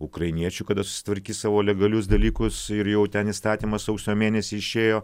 ukrainiečių kada susitvarkys savo legalius dalykus ir jau ten įstatymas sausio mėnesį išėjo